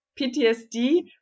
PTSD